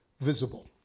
visible